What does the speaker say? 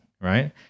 right